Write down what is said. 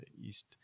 East